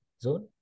zone